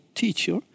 teacher